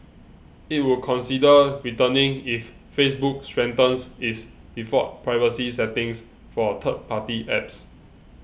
it would consider returning if Facebook strengthens its default privacy settings for third party apps